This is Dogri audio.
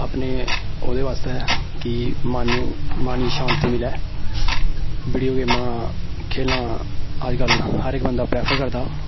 अपने ओह्दे बास्तै कि मन मन गी शांति मिलै वीडियो गेमां खेलना अज्जकल हर इक बंदा प्रैफर करदा